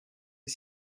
est